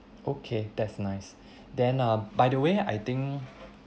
okay that's nice then uh by the way I think